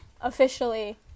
officially